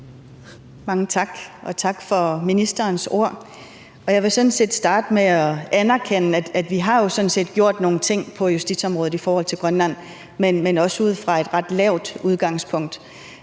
Mange tak, og tak for ministerens ord. Jeg vil sådan set starte med at anerkende, at vi jo har gjort nogle ting på justitsområdet i forhold til Grønland, men også ud fra et ret lavt udgangspunkt,